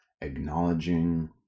Acknowledging